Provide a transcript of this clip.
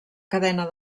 cadena